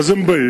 אז הם באים,